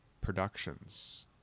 productions